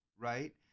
right